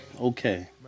okay